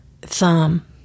thumb